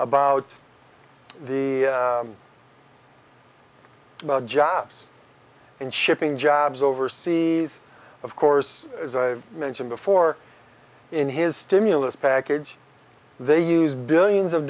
about the about jobs and shipping jobs overseas of course mentioned before in his stimulus package they use billions of